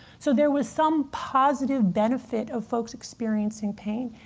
so there was some positive benefit of folks experiencing pain.